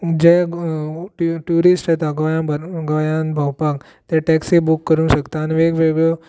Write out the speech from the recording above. जे tourist येतात गोंया गोंयांत भोंवपाक ते टॅक्सी बूक करूंक शकता आनी वेगवेगळ्यो